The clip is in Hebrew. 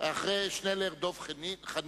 אחרי חבר הכנסת שנלר, חבר הכנסת דב חנין,